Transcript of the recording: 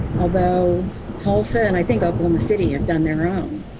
although tulsa and i think oklahoma city have done their own.